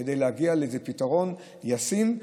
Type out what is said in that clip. כדי להגיע לפתרון ישים.